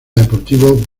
deportivo